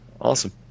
awesome